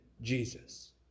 Jesus